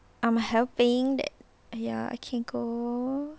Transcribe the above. I'm hoping that !aiya! I can go